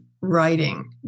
writing